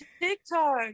TikTok